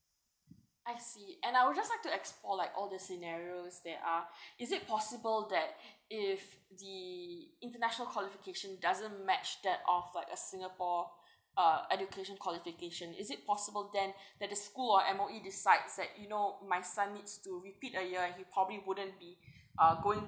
I see and I'll just like to explore like all the scenarios there are is it possible that if the international qualification doesn't match that of like a singapore uh education qualification is it possible then that the school or M_O_E decides that you know my son needs to repeat a year he probably wouldn't be uh going